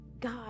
God